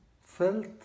felt